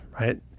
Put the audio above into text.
right